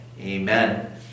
Amen